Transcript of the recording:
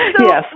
Yes